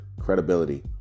credibility